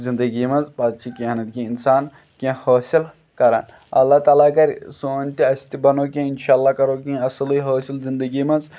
زِندگی منٛز پَتہٕ چھِ کینٛہہ نہ تہٕ کینٛہہ اِنسان کینٛہہ حٲصِل کَران اللہ تعلیٰ کَرِ سون تہِ اَسہِ تہِ بنو کینٛہہ اِنشاءاللہ کَرو کینٛہہ اَصلٕے حٲصِل زِندگی منٛز